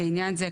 לעניין זה,